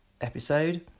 episode